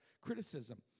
criticism